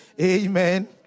Amen